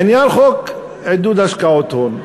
עניין חוק עידוד השקעות הון.